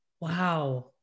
wow